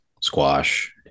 squash